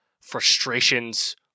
frustrations